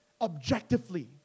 objectively